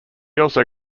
also